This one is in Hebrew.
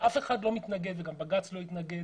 אף אחד לא מתנגד וגם בג"ץ לא התנגד